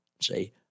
say